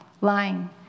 lying